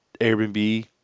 Airbnb